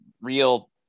real